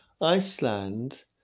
Iceland